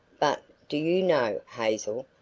but, do you know, hazel,